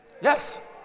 Yes